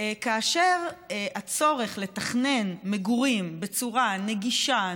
כאשר הצורך לתכנן מגורים בצורה נגישה,